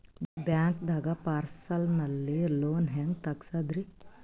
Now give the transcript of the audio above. ಬ್ಯಾಂಕ್ದಾಗ personal loan ಹೆಂಗ್ ತಗ್ಸದ್ರಿ?